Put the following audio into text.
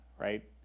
right